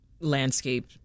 landscape